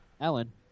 Ellen